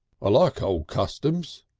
i like old customs!